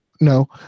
No